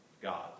God